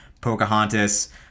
Pocahontas